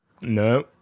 No